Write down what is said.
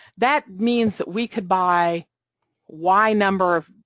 that means that we could buy y number of,